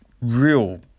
real